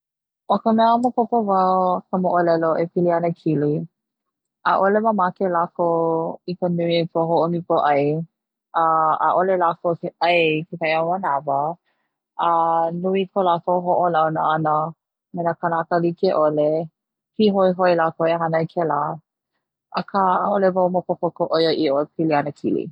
'O ka mea maopopo wau ka mo'olelo e pili ana kili, 'a'ole mamake lakou i ka nui ho'omiko ai a 'a'ole lakou ai kekahi o na manawa, a nui ko lakou ho'olauna 'ana me na kanaka like'ole pihoihoi lakou e hana i kela, aka 'a'ole wau maopopo ka 'oia'i'o e pili ana kili.